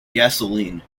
gasoline